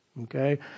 okay